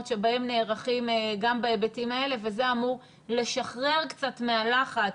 שבהם נערכים גם בהיבטים האלה וזה אמור לשחרר קצת מהלחץ